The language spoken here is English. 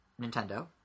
nintendo